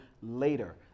later